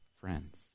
friends